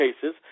cases